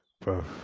Bro